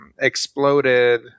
exploded